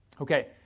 Okay